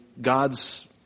God's